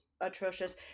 atrocious